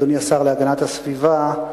אדוני השר להגנת הסביבה,